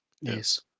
Yes